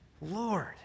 Lord